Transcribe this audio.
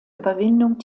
überwindung